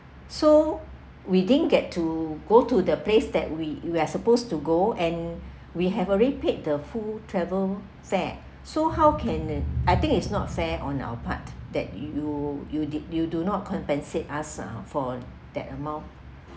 so we didn't get to go to the place that we we are supposed to go and we have already paid the full travel fare so how can I think it's not fair on our part that you you did you do not compensate us ah for that amount